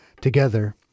together